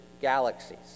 galaxies